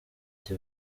ati